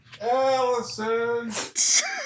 Allison